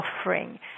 offering